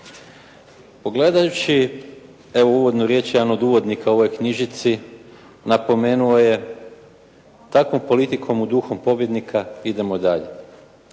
Pogledajući evo uvodnu riječ jedan od uvodnika u ovoj knjižici napomenuo je takvom politikom u duhu pobjednika idemo dalje.